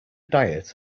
diet